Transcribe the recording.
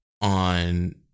on